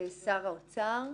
שר האוצר.